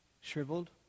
shriveled